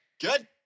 good